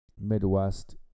Midwest